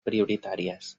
prioritàries